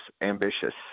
ambitious